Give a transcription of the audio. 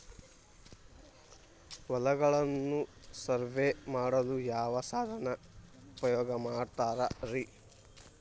ಹೊಲಗಳನ್ನು ಸರ್ವೇ ಮಾಡಲು ಯಾವ ಸಾಧನ ಉಪಯೋಗ ಮಾಡ್ತಾರ ರಿ?